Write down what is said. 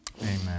Amen